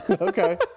Okay